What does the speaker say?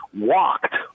walked